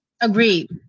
Agreed